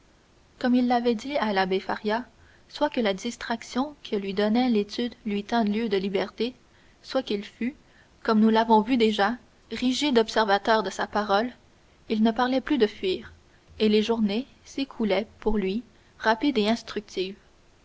comme il l'avait dit à l'abbé faria soit que la distraction que lui donnait l'étude lui tînt lieu de liberté soit qu'il fût comme nous l'avons vu déjà rigide observateur de sa parole il ne parlait plus de fuir et les journées s'écoulaient pour lui rapides et instructives